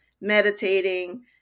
meditating